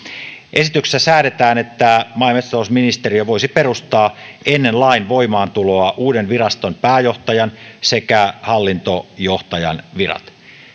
esityksessä säädetään että maa ja metsätalousministeriö voisi perustaa ennen lain voimaantuloa uuden viraston pääjohtajan sekä hallintojohtajan virat